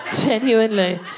genuinely